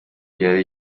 byari